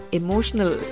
emotional